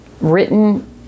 Written